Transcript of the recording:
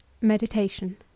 Meditation